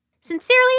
Sincerely